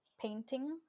painting